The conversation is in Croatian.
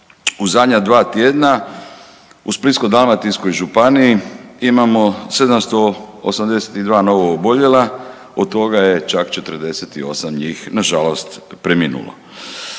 u zadnja dva tjedna u Splitsko-dalmatinskoj županiji imamo 782 novooboljela. Od toga je čak 48 njih na žalost preminulo.